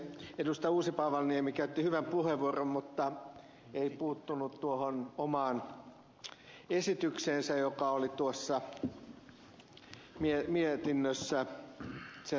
uusipaavalniemi käytti hyvän puheenvuoron mutta ei puuttunut tuohon omaan esitykseensä joka oli mietinnössä sen loppupäässä